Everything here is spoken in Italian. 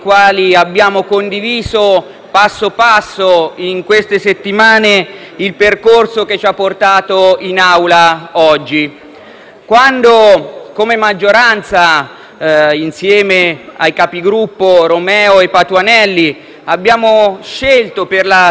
passo passo, in queste settimane, il percorso che ci ha portato in Aula oggi. Quando, come maggioranza, insieme ai capigruppo Romeo e Patuanelli, abbiamo scelto, come primo